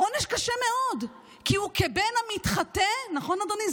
עונש קשה מאוד, כי הוא כבן המתחטא, נכון, אדוני?